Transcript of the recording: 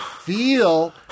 feel